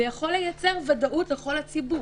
זה יכול לייצר ודאות לכל הציבור.